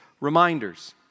reminders